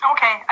Okay